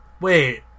wait